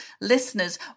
listeners